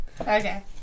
Okay